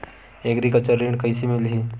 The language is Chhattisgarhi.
एग्रीकल्चर ऋण कइसे मिलही?